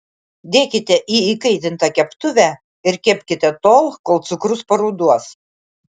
dėkite į įkaitintą keptuvę ir kepkite tol kol cukrus paruduos